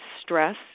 stress